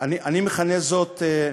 אני מכנה זאת: